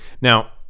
Now